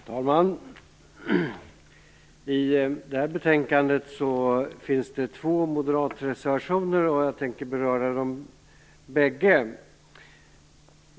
Fru talman! Till det här betänkandet finns det två moderatreservationer, och jag tänker beröra dem bägge.